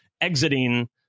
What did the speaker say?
exiting